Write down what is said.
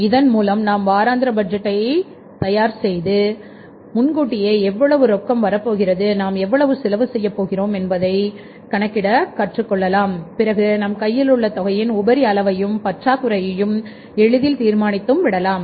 இதன் மூலம் நாம் வாராந்திர பட்ஜெட்டை தயார் செய்ய பழகிக் கொள்ளலாம் அதுமட்டுமல்லாமல் முன்கூட்டியே எவ்வளவு ரொக்கம் வரப்போகிறது நாம் எவ்வளவு செலவு செய்யப்போகிறோம் என்பதை கணக்கிட கற்றுக் கொண்டால் பிறகு நம் கையில் உள்ள தொகையின் உபரி அளவையும் பற்றாக்குறையும் எளிதில் தீர்மானித்து விடலாம்